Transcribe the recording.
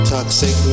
Toxic